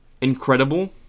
incredible